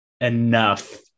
enough